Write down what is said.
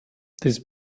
this